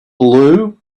blue